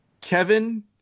Kevin